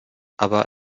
aber